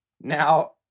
Now